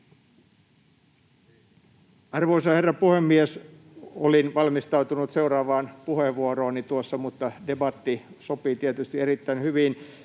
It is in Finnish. Arvoisa herra puhemies! Olin valmistautunut seuraavaan puheenvuorooni, mutta debatti sopii tietysti erittäin hyvin.